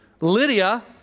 Lydia